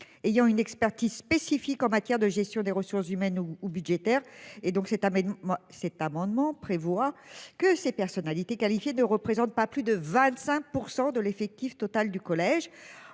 ayant une expertise spécifique en matière de gestion des ressources humaines ou ou budgétaire et donc c'est à moi, cet amendement prévoit que ces personnalités qualifiées ne représente pas plus de 25% de l'effectif total du collège.